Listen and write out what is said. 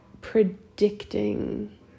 predicting